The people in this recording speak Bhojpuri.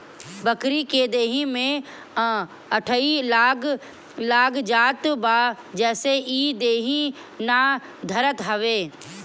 बकरी के देहि में अठइ लाग जात बा जेसे इ देहि ना धरत हवे